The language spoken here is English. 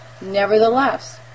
Nevertheless